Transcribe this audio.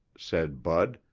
said bud,